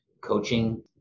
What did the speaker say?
coaching